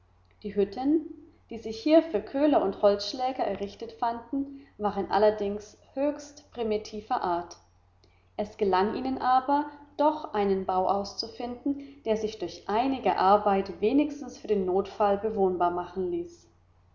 die hütten die sich hier für köhler und holzschläger errichtet fanden waren allerdings höchst primitiver art es gelang ihnen aber doch einen bau aufzufinden der sich durch einige arbeit wenigstens für den notfall bewohnbar machen ließ